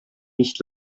nicht